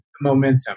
momentum